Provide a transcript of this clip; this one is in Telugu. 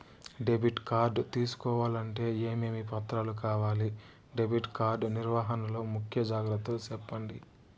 డెబిట్ కార్డు తీసుకోవాలంటే ఏమేమి పత్రాలు కావాలి? డెబిట్ కార్డు నిర్వహణ లో ముఖ్య జాగ్రత్తలు సెప్పండి?